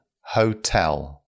Hotel